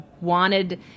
wanted